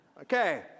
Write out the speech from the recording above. Okay